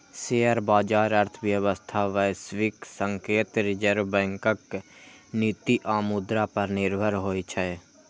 share बाजार अर्थव्यवस्था, वैश्विक संकेत, रिजर्व बैंकक नीति आ मुद्रा पर निर्भर होइ छै